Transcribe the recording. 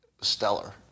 stellar